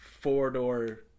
four-door